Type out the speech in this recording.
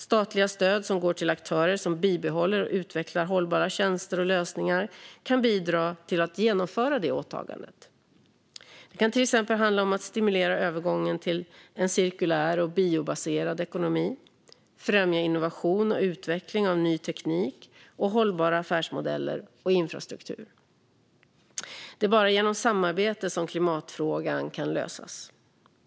Statliga stöd som går till aktörer som bibehåller och utvecklar hållbara tjänster och lösningar kan bidra till att genomföra det åtagandet. Det kan till exempel handla om att stimulera övergången till en cirkulär och biobaserad ekonomi och att främja innovation och utveckling av ny teknik och hållbara affärsmodeller och infrastruktur. Det är bara genom samarbete som klimatfrågan kan lösas.